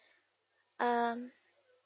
um